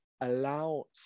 allow